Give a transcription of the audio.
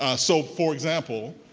ah so for example,